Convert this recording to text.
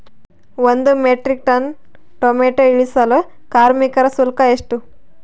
ಒಂದು metric ton tomato ಇಳಿಸಲು ಕಾರ್ಮಿಕರ ಶುಲ್ಕ ಎಷ್ಟು?